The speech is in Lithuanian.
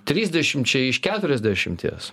trisdešimčiai iš keturiasdešimties